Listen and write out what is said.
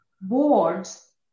boards